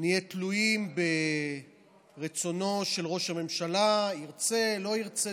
נהיה תלויים ברצונו של ראש הממשלה: ירצה, לא ירצה.